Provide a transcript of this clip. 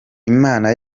imana